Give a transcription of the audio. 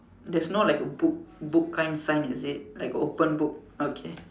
there's no like a book book kind sign is it like open book okay